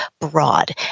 broad